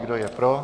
Kdo je pro?